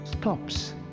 stops